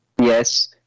Yes